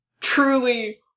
truly